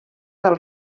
del